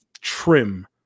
trim